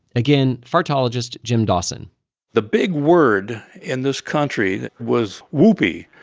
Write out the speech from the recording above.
again, fartologist, jim dawson the big word in this country was, whoopee.